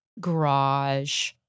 garage